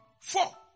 Four